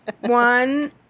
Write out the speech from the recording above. one